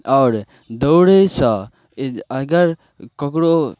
आओर दौड़य सऽ अगर ककरो